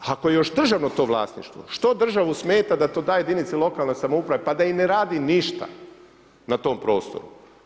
Ako je još državno to vlasništvo, što državi smeta da to da jedinici lokalne samouprave pa da i ne radi ništa na tom prostoru?